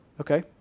Okay